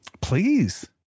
Please